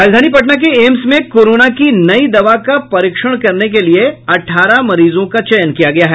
राजधानी पटना के एम्स में कोरोना की नयी दवा का परिक्षण करने के लिये अठारह मरीजों का चयन किया गया है